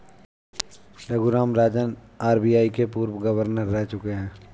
Raghuram Rajan RBI के पूर्व governor रह चुके हैं